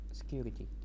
security